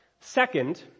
Second